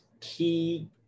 key